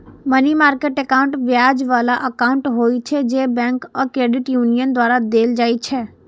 money market account ब्याज बला account होइ छै, जे बैंक आ क्रेडिट यूनियन द्वारा देल जाइ छै